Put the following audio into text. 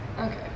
Okay